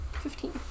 Fifteen